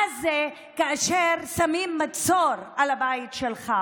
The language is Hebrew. מה זה כאשר שמים מצור על הבית שלך.